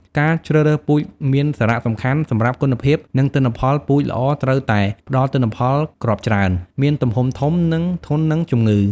ការជ្រើសរើសពូជល្អមានសារៈសំខាន់សម្រាប់គុណភាព និងទិន្នផល ពូជល្អត្រូវតែ ផ្តល់ទិន្នផលគ្រាប់ច្រើន មានទំហំធំ និង ធន់នឹងជំងឺ។